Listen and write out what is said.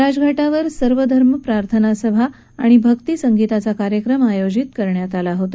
राजघाटावर सर्वधर्म प्रार्थना सभा आणि भक्ती संगीताचा कार्यक्रम आयोजित करण्यात आला होता